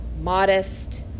modest